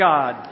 God